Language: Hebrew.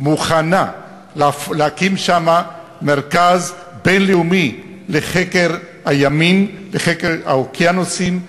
מוכנה להקים שם מרכז בין-לאומי לחקר הימים וחקר האוקיאנוסים,